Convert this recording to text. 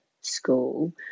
school